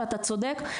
ואתה צודק,